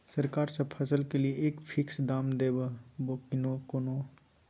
सरकार सब फसल के लिए एक फिक्स दाम दे है बोया कोनो कोनो?